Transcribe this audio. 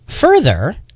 Further